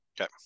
Okay